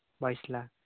बाईस लाख